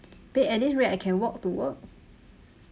babe at this rate I can walk to work